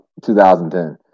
2010